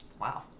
Wow